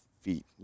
feet